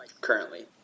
currently